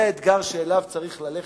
זה האתגר שאליו צריך ללכת.